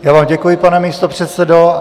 Já vám děkuji, pane místopředsedo.